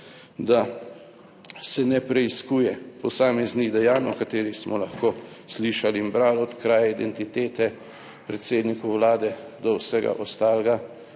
da se ne preiskuje posameznih dejanj, o katerih smo lahko slišali in brali, od kraje identitete predsedniku vlade do vsega ostalega.